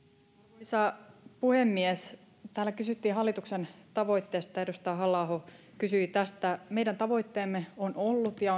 arvoisa puhemies täällä kysyttiin hallituksen tavoitteesta edustaja halla aho kysyi tästä meidän tavoitteemme on ollut ja